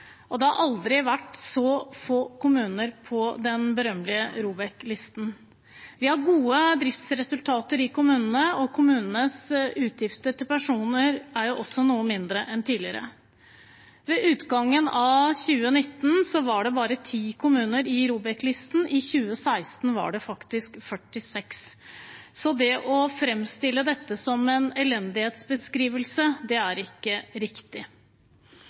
og det har aldri vært så få kommuner på den berømmelige ROBEK-listen. Vi har gode driftsresultater i kommunene, og kommunenes utgifter til personer er også noe mindre enn tidligere. Ved utgangen av 2019 var det bare 10 kommuner på ROBEK-listen, i 2016 var det faktisk 46, så det å framstille dette som en elendighetsbeskrivelse, er ikke riktig.